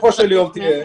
שבסופו של יום תהיה,